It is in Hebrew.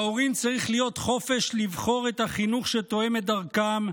להורים צריך להיות חופש לבחור את החינוך שתואם את דרכם,